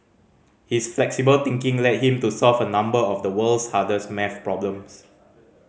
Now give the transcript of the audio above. his flexible thinking led him to solve a number of the world's hardest maths problems